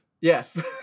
yes